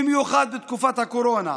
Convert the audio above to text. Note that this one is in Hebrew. במיוחד בתקופת הקורונה,